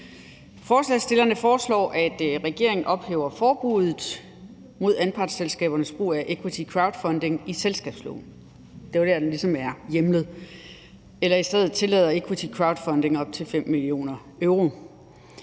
foreslår, at regeringen ophæver forbuddet mod anpartsselskabernes brug af equity crowdfunding i selskabsloven, hvor den er hjemlet, eller i stedet tillader equity crowdfunding op til 5 mio. euro.